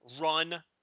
run